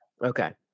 Okay